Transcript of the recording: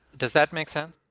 does that make sense?